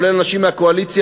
כולל אנשים מהקואליציה,